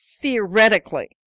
theoretically